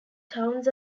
towns